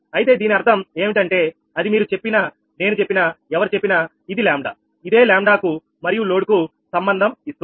అయితే దీని అర్థం ఏమిటి అంటే అది మీరు చెప్పిన నేను చెప్పినా ఎవరు చెప్పినా ఇది 𝜆 ఇదే 𝜆 కు మరియు లోడ్ కు సంబంధం ఇస్తుంది